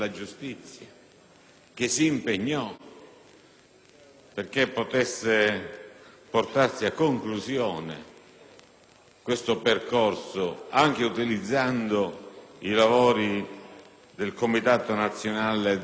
perché potesse arrivare a conclusione questo percorso, anche utilizzando i lavori del Comitato nazionale per la biosicurezza.